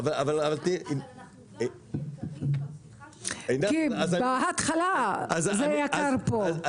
אבל אנחנו גם יקרים בפתיחה --- כי מהתחלה זה יקר פה.